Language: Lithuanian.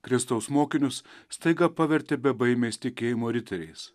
kristaus mokinius staiga pavertė bebaimiais tikėjimo riteriais